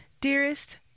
dearest